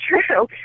true